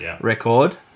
record